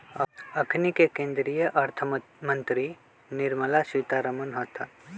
अखनि के केंद्रीय अर्थ मंत्री निर्मला सीतारमण हतन